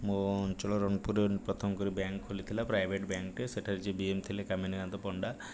ମୋ' ଅଞ୍ଚଳ ରଣପୁରରେ ପ୍ରଥମ କରି ବ୍ୟାଙ୍କ୍ ଖୋଲିଥିଲା ପ୍ରାଇଭେଟ୍ ବ୍ୟାଙ୍କ୍ଟିଏ ସେଠାରେ ଯିଏ ବି ଏମ୍ ଥିଲେ କାମିନୀ କାନ୍ତ ପଣ୍ଡା